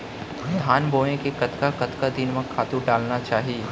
धान बोए के कतका कतका दिन म खातू डालना चाही?